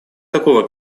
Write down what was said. такого